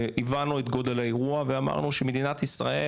הבנו את גודל האירוע ואמרנו שמדינת ישראל